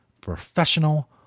Professional